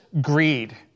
greed